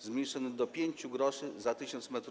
zmniejszone do 5 gr za 1 tys. m3.